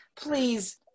Please